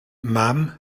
mam